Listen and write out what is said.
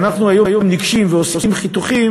ואנחנו היום ניגשים ועושים חיתוכים,